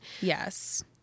yes